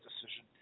decision